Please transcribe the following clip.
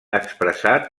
expressat